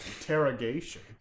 interrogation